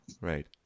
right